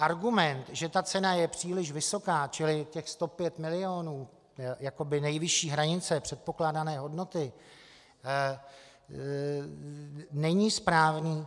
Argument, že cena je příliš vysoká, čili těch 105 milionů jakoby nejvyšší hranice předpokládané hodnoty, není správný.